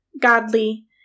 godly